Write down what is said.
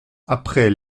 après